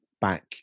back